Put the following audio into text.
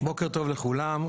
בוקר טוב לכולם.